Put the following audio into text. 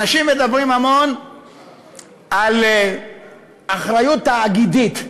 אנשים מדברים המון על אחריות תאגידית,